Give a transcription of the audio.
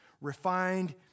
Refined